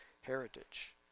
heritage